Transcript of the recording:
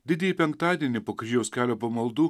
didįjį penktadienį po kryžiaus kelio pamaldų